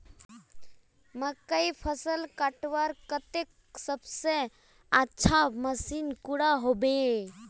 मकईर फसल कटवार केते सबसे अच्छा मशीन कुंडा होबे?